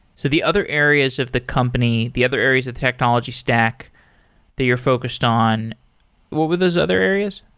so the other areas of the company, the other areas of the technology stack that you're focused on what were those other areas?